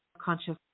conscious